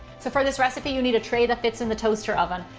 so for this recipe you need a tray that fits in the toaster oven.